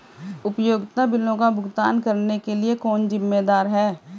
उपयोगिता बिलों का भुगतान करने के लिए कौन जिम्मेदार है?